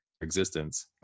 existence